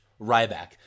Ryback